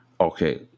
Okay